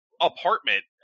apartment